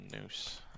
Noose